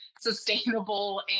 sustainable